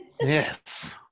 Yes